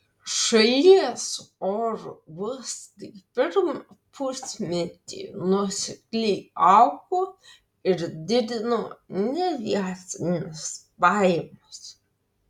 šalies oro uostai pirmą pusmetį nuosekliai augo ir didino neaviacines pajamas